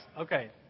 Okay